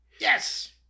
Yes